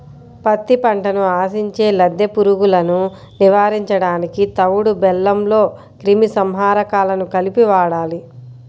పత్తి పంటను ఆశించే లద్దె పురుగులను నివారించడానికి తవుడు బెల్లంలో క్రిమి సంహారకాలను కలిపి వాడాలి